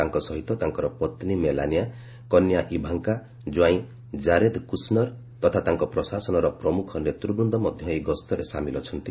ତାଙ୍କ ସହିତ ତାଙ୍କର ପତ୍ନୀ ମେଲାନିଆ କନ୍ୟା ଇଭାଙ୍କା ଜ୍ୱାଇଁ ଜାରେଦ୍ କୁଶ୍ନର୍ ତଥା ତାଙ୍କ ପ୍ରଶାସନର ପ୍ରମୁଖ ନେତୃବୃନ୍ଦ ମଧ୍ୟ ଏହି ଗସ୍ତରେ ସାମିଲ୍ ଅଛନ୍ତି